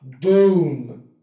Boom